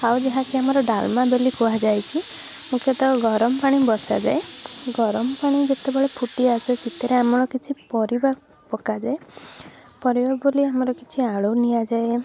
ଆଉ ଯାହାକି ଆମର ଡାଲମା ବୋଲି କୁହାଯାଇଛି ମୁଖ୍ୟତଃ ଗରମ ପାଣି ବସାଯାଏ ଗରମ ପାଣି ଯେତେବେଳେ ଫୁଟିଆସେ ସେଥିରେ ଆମର କିଛି ପରିବା ପକାଯାଏ ପରିବା ବୋଲି ଆମର କିଛି ଆଳୁ ନିଆଯାଏ